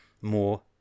more